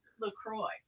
LaCroix